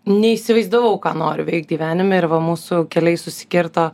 neįsivaizdavau ką noriu veikt gyvenime ir va mūsų keliai susikirto